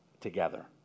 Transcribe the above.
together